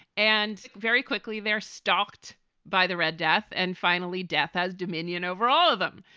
and very quickly, they're stocked by the red death. and finally, death has dominion over all of them.